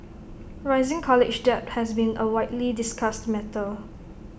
rising college debt has been A widely discussed matter